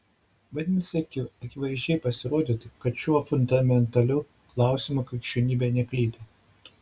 vadinasi akivaizdžiai pasirodytų kad šiuo fundamentaliu klausimu krikščionybė neklydo